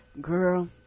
girl